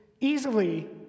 easily